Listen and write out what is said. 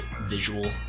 visual